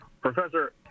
professor